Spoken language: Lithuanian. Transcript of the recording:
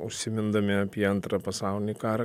užsimindami apie antrą pasaulinį karą